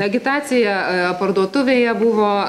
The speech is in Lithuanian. agitacija parduotuvėje buvo